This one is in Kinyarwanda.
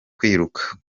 kwiruka